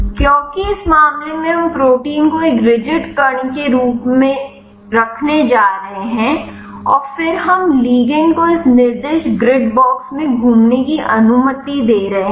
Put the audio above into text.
क्योंकि इस मामले में हम प्रोटीन को एक रिजिड कण के रूप में रखने जा रहे हैं और फिर हम लिगंड को इस निर्दिष्ट ग्रिड बॉक्स में घूमने की अनुमति दे रहे हैं